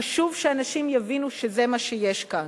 חשוב שאנשים יבינו שזה מה שיש כאן.